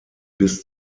bis